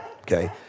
okay